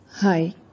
Hi